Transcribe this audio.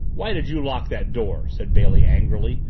why did you lock that door? said bailey angrily,